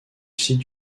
site